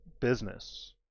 business